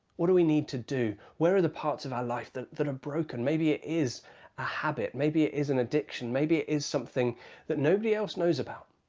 what do we need to do? where are the parts of our life that are broken? maybe it is a habit. maybe it is an addiction. maybe it is something that nobody else knows about,